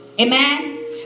Amen